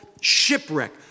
shipwreck